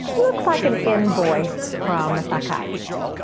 looks like an invoice from a psychiatrist